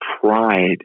pride